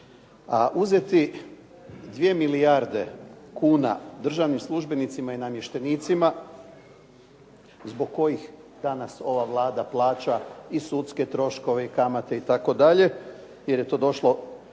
uzeti 2 milijarde kuna državnim službenicima i namještenicima zbog kojih danas ova Vlada plaća i sudske troškove i kamate itd. jer je to došlo